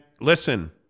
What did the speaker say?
listen